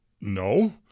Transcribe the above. No